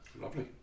Lovely